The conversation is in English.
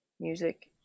music